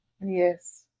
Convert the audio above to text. yes